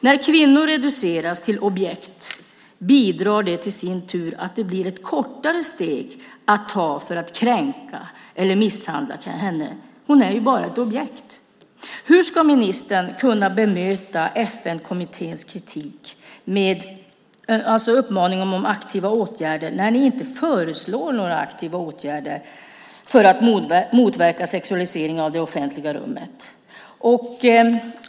När kvinnan reduceras till ett objekt bidrar det i sin tur till att det blir ett kortare steg att ta för att kränka eller misshandla henne. Hon är ju bara ett objekt. Hur ska ministern kunna bemöta FN-kommitténs kritik och uppmaning till aktiva åtgärder när ni inte föreslår några aktiva åtgärder för att motverka sexualiseringen av det offentliga rummet?